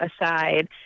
aside